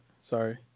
Sorry